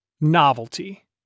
novelty